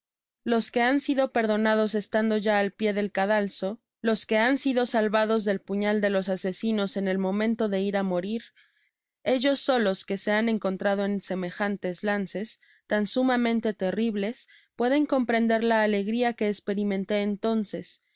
los que han sido perdonados estando ya al pié del cadalso los que han sido salvados del puñal de los asesinos en el momento de ir á morir ellos solos que se han encontrado en semejantes lances tan sumamente terribles pueden comprender la alegria que esperimenté entonces